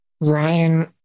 Ryan